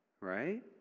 right